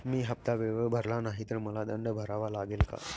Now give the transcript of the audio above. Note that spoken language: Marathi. मी हफ्ता वेळेवर भरला नाही तर मला दंड भरावा लागेल का?